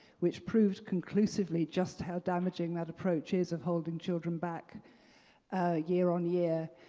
which proves conclusively just how damaging that approach is of holding children back year on year.